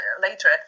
later